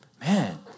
Man